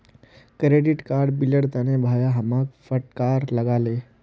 credit card बिलेर तने भाया हमाक फटकार लगा ले